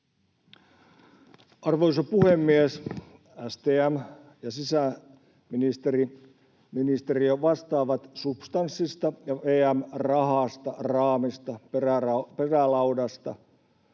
Arvoisa puhemies! STM ja sisäministeriö vastaavat substanssista ja VM rahasta, raamista ja perälaudasta.